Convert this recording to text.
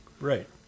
Right